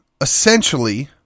essentially